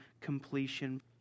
completion